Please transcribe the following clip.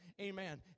Amen